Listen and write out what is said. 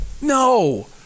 No